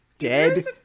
dead